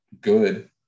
good